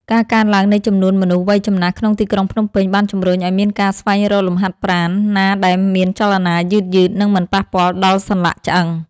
ការកើនឡើងនៃចំនួនមនុស្សវ័យចំណាស់ក្នុងទីក្រុងភ្នំពេញ បានជំរុញឱ្យមានការស្វែងរកលំហាត់ប្រាណណាដែលមានចលនាយឺតៗ និងមិនប៉ះពាល់ដល់សន្លាក់ឆ្អឹង។